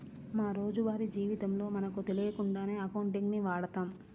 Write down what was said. మా రోజువారీ జీవితంలో మనకు తెలియకుండానే అకౌంటింగ్ ని వాడతాం